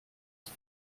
ist